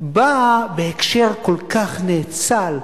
באה בהקשר כל כך נאצל,